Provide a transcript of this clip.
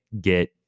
get